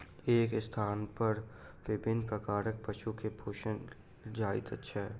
एक स्थानपर विभिन्न प्रकारक पशु के पोसल जाइत छै